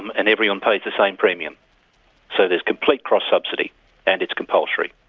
and everyone pays the same premium so there's complete cross-subsidy and it's compulsory.